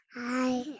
hi